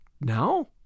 Now